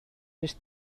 les